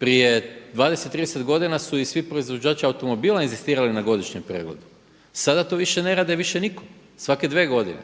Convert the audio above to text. Prije 20, 30 godina su i svi proizvođači automobila inzistirali na godišnjem pregledu. Sada to više ne radi više nitko, svake dvije godine.